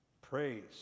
Praise